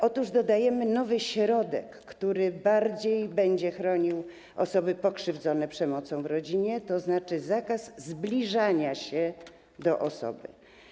Otóż dodajemy nowy środek, który będzie bardziej chronił osoby pokrzywdzone przemocą w rodzinie, tzn. zakaz zbliżania się do osoby.